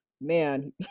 man